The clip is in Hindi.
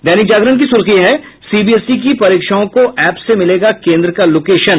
दैनिक जागरण की सुर्खी है सीबीएसई के परीक्षाओं को एप से मिलेगा केंद्र का लोकेशन